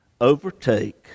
Overtake